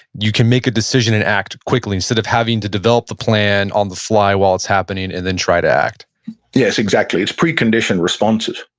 you can make a decision and act quickly instead of having to develop the plan on the fly while it's happening and then try to act yes, exactly. it's preconditioned responses.